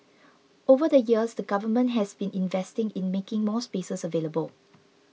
over the years the Government has been investing in making more spaces available